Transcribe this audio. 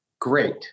great